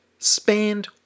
spanned